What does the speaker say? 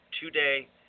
today